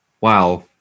wow